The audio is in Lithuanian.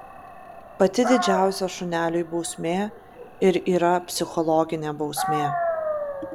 pati didžiausia šuneliui bausmė ir yra psichologinė bausmė